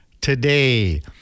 today